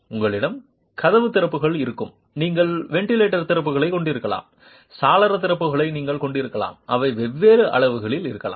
உங்களிடம் கதவு திறப்புகள் இருக்கும் நீங்கள் வென்டிலேட்டர் திறப்புகளைக் கொண்டிருக்கலாம் சாளர திறப்புகளை நீங்கள் கொண்டிருக்கலாம் அவை வெவ்வேறு அளவுகளில் இருக்கலாம்